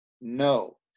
No